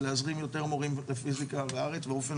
ולהזרים יותר מורים לפיזיקה בארץ באופן